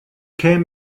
came